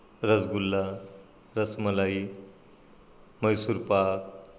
rasgulla rasmalai Mysore Pak